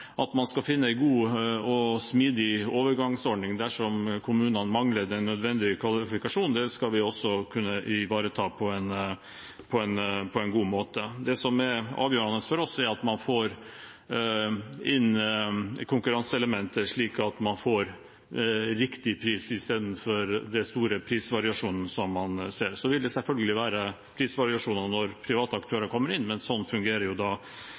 At man skal finne en god og smidig overgangsordning dersom kommunene mangler den nødvendige kvalifikasjonen, skal vi også kunne ivareta på en god måte. Det som er avgjørende for oss, er at man får inn konkurranseelementet, slik at man får riktig pris, istedenfor den store prisvariasjonen man nå ser. Så vil det selvfølgelig være prisvariasjoner når private aktører kommer inn, men sånn fungerer